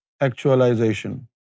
actualization